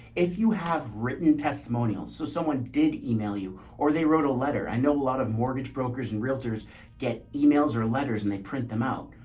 if you have written testimonials, so someone did email you or they wrote a letter, i know a lot of mortgage brokers and realtors get emails or letters and they print them out.